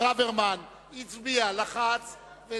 ברוורמן הצביע, לחץ,